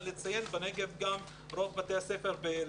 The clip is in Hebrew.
בנגב רוב בתי הספר הם